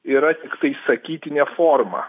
yra tiktai sakytinė forma